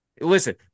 Listen